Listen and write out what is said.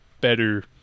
better